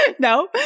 No